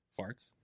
Farts